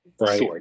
right